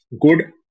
good